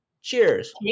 Cheers